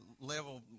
level